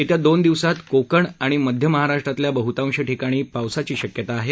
येत्या दोन दिवसात कोकण आणि मध्य महाराष्ट्रातल्या बहतांश ठिकाणी पावसाची शक्यता आहे